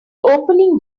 opening